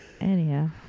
Anyhow